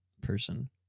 person